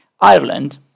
Ireland